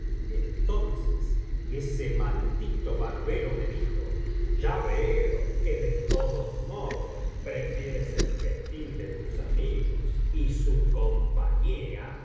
entonces ese maldito barbero me dijo ya veo que de todos modos prefieres el festín de tus amigos y su compañía